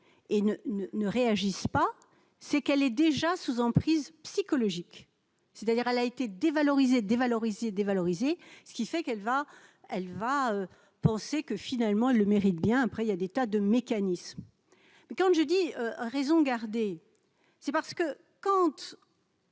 ne ne réagissent pas, c'est qu'elle est déjà sous emprise psychologique, c'est-à-dire à l'été, dévalorisé dévalorisé dévalorisé, ce qui fait qu'elle va, elle va penser que finalement elle le mérite bien après il y a des tas de mécanismes quand je dis raison garder, c'est parce que quand